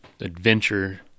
adventure